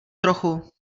trochu